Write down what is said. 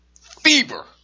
fever